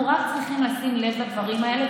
אנחנו רק צריכים לשים לב לדברים האלה.